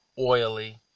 oily